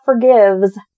forgives